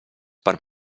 per